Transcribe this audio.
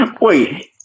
Wait